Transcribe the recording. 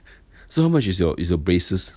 so how much is your is your braces